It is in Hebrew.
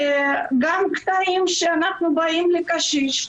כשאנחנו באים לקשיש,